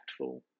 impactful